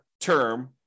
term